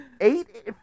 Eight